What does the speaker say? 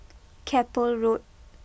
Keppel Road